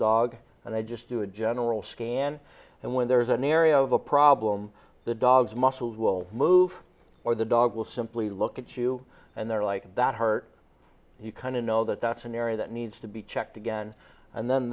dog and i just do a general scan and when there's an area of a problem the dogs muscles will move or the dog will simply look at you and they're like that heart you kind of know that that's an area that needs to be checked again and then